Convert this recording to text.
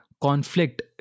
conflict